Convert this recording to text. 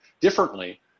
differently